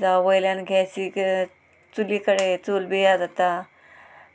जावं वयल्यान गॅसीक चुली कडे चूल पिड्ड्यार जाता